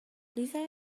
lisa